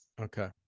okay